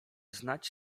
znać